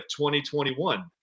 2021